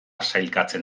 sailkatzen